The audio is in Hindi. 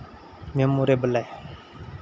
मेमोरेबल है